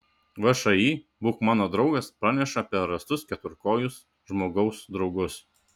všį būk mano draugas praneša apie rastus keturkojus žmogaus draugus